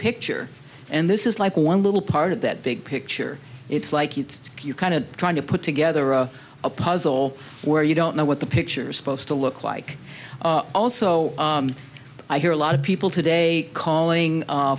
picture and this is like one little part of that big picture it's like it's kind of trying to put together a puzzle where you don't know what the picture supposed to look like also i hear a lot of people today calling